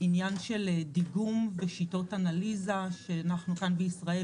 עניין של דיגום בשיטות אנליזה שאנחנו כאן בישראל,